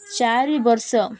ଚାରି ବର୍ଷ